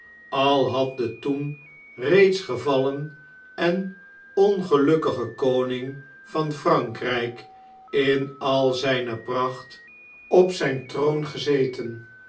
al had de toen reeds gevallen en ongelukkige koning van frankrjk inal zgne pracht op zijn troon gezeten